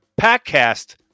Packcast